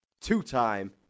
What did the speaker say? two-time